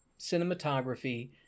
cinematography